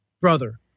brother